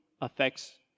affects